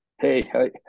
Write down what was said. Hey